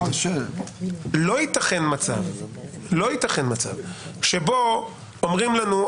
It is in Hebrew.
לא יתכן מצב שבו אומרים לנו,